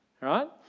right